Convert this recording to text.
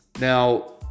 Now